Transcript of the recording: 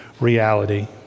reality